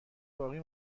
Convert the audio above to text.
باقی